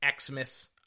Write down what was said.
xmas